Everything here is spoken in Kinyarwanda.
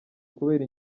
kubera